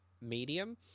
medium